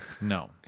No